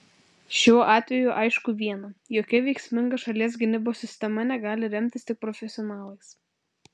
šiuo atveju aišku viena jokia veiksminga šalies gynybos sistema negali remtis tik profesionalais